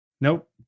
Nope